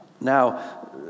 Now